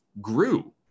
grew